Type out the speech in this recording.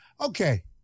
Okay